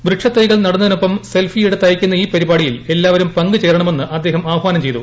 വൃക്ഷത്തൈകൾ നടുന്നതിനൊപ്പം സെൽഫി എടുത്ത് അയയ്ക്കുന്ന ഈ പരിപാടിയിൽ എല്ലാവരും പങ്കു ചേരണമെന്ന് അദ്ദേഹം ആഹ്വാനം ചെയ്തു